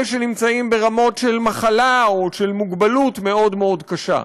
אלה שנמצאים ברמות של מחלה או של מוגבלות מאוד מאוד קשה.